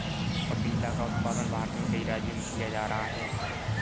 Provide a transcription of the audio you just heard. पपीता का उत्पादन भारत में कई राज्यों में किया जा रहा है